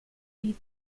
eat